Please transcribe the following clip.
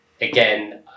again